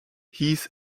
hieß